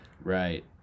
Right